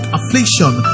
affliction